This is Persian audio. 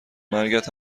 مرگت